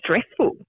stressful